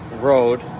road